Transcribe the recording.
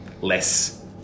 less